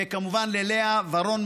וכמובן ללאה ורון,